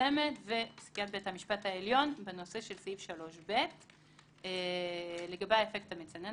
המצמצמת ופסיקת בית המשפט העליון בנושא של סעיף 3ב. לגבי האפקט המצנן,